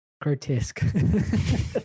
grotesque